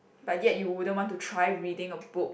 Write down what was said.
but yet you wouldn't want to try reading a book